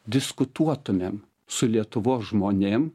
diskutuotumėm su lietuvos žmonėm